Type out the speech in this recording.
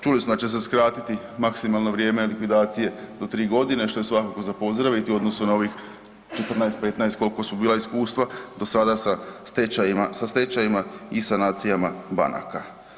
Čuli smo da će se skratiti maksimalno vrijeme likvidacije do tri godine, što je svakako za pozdraviti u odnosu na ovih 14, 15 koliko su bila iskustava do sada sa stečajevima i sanacijama banaka.